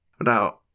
Now